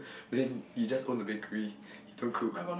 then you just own a bakery you don't cook